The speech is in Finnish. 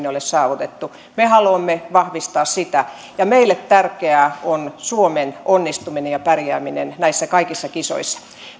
ole saavutettu me haluamme vahvistaa sitä ja meille tärkeää on suomen onnistuminen ja pärjääminen näissä kaikissa kisoissa